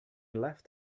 left